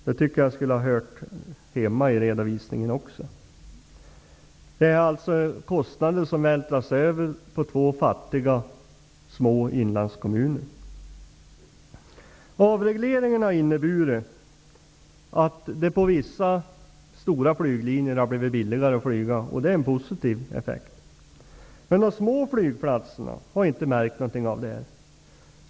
Det skulle också ha hört hemma i redovisningen, tycker jag. Det är alltså kostnader som man vältrar över på två fattiga små inlandskommuner. Avregleringen har inneburit att det på vissa flyglinjer har blivit billigare att flyga. Det är en positiv effekt. Men de små flygplatserna har inte märkt någonting av detta.